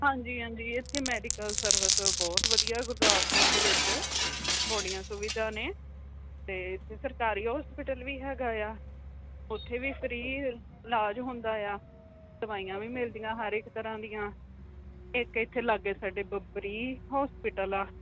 ਹਾਂਜੀ ਹਾਂਜੀ ਇੱਥੇ ਮੈਡੀਕਲ ਸਰਵਿਸ ਬਹੁਤ ਵਧੀਆ ਗੁਰਦਾਸਪੁਰ ਦੇ ਵਿੱਚ ਬੜੀਆਂ ਸੁਵਿਧਾ ਨੇ ਅਤੇ ਸਰਕਾਰੀ ਹੋਸਪੀਟਲ ਵੀ ਹੈਗਾ ਆ ਉੱਥੇ ਵੀ ਫਰੀ ਇਲਾਜ ਹੁੰਦਾ ਆ ਦਵਾਈਆਂ ਵੀ ਮਿਲਦੀਆਂ ਹਰ ਇੱਕ ਤਰ੍ਹਾਂ ਦੀਆਂ ਇੱਕ ਇੱਥੇ ਲਾਗੇ ਸਾਡੇ ਬੱਬਰੀ ਹੋਸਪਿਟਲ ਆ